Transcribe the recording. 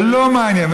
זה לא מעניין.